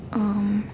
um